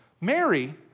Mary